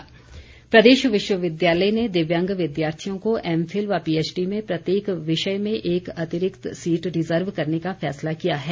दिव्यांग प्रदेश विश्वविद्यालय ने दिव्यांग विद्यार्थियों को एमफिल व पीएचडी में प्रत्येक विषय में एक अतिरिक्त सीट रिजर्व करने का फैसला किया है